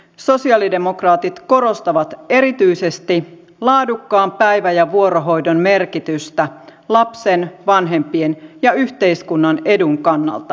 sosialidemokraatit korostavat erityisesti laadukkaan päivä ja vuorohoidon merkitystä lapsen vanhempien ja yhteiskunnan edun kannalta